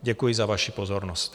Děkuji za vaši pozornost.